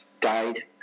died